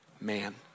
man